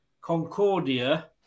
Concordia